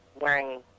wearing